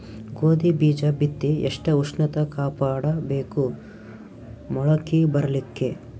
ಗೋಧಿ ಬೀಜ ಬಿತ್ತಿ ಎಷ್ಟ ಉಷ್ಣತ ಕಾಪಾಡ ಬೇಕು ಮೊಲಕಿ ಬರಲಿಕ್ಕೆ?